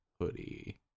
hoodie